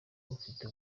bufite